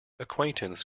acquaintance